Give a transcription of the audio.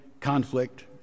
conflict